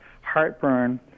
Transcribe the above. heartburn